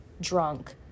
drunk